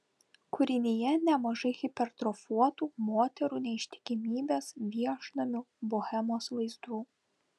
kūrinyje nemažai hipertrofuotų moterų neištikimybės viešnamių bohemos vaizdų